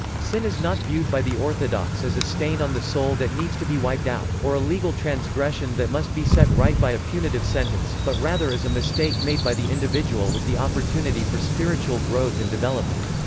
sin is not viewed by the orthodox as a stain on the soul that needs to be wiped out, or a legal transgression that must be set right by a punitive sentence, but rather as a mistake made by the individual with the opportunity for spiritual growth and development.